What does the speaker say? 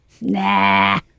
Nah